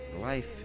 life